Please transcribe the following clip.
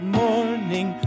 morning